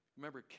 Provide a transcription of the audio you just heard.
Remember